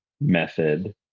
method